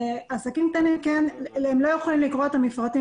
עסקים קטנים לא יכולים לקרוא את המפרטים